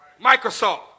Microsoft